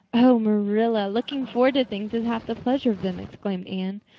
oh, marilla, looking forward to things is half the pleasure of them, exclaimed anne.